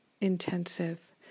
intensive